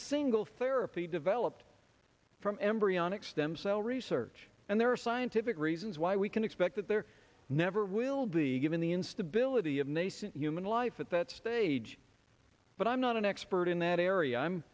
single therapy developed from embryonic stem cell research and there are scientific reasons why we can expect that there never will be given the instability of nascent human life at that stage but i'm not an expert in that area i'm